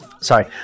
Sorry